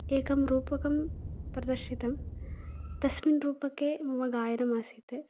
एकं रुपकं प्रदर्शितं तस्मिन् रूपके मम गायनम् आसीत्